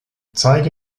zeige